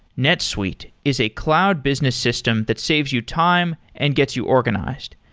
netsuite is a cloud business system that saves you time and gets you organized.